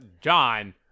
John